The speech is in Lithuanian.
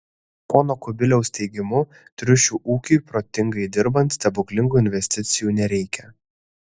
pono kubiliaus teigimu triušių ūkiui protingai dirbant stebuklingų investicijų nereikia